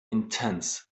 intense